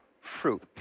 fruit